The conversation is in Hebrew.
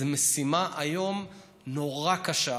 היום זו משימה נורא קשה.